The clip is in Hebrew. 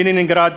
לנינגרד,